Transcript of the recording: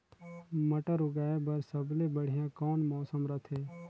मटर उगाय बर सबले बढ़िया कौन मौसम रथे?